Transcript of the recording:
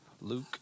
Luke